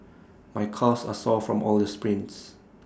my calves are sore from all the sprints